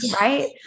right